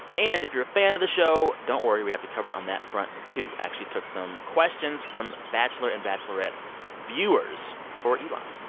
and if you're a fan of the show, don't worry. we have you covered on that front, too actually took some questions from bachelor and bachelorette viewers for elan.